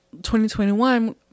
2021